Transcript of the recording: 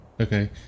okay